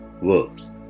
works